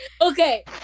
Okay